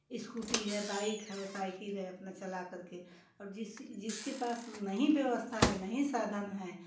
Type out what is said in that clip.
scooty है bike है cycle है अपना चला करके और जिसके पास नहीं व्यवस्था है नहीं साधन हैं